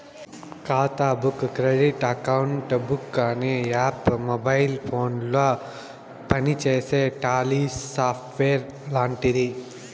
ఖాతా book credit account book అనే app mobile ఫోనుల పనిచేసే టాలీ సాఫ్ట్వేర్ లాంటిది